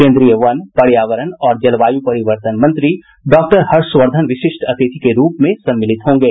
केन्द्रीय वन पर्यावरण और जलवायु परिवर्तन मंत्री डॉक्टर हर्षवर्द्वन विशिष्ट अतिथि के रूप में सम्मलित होंगे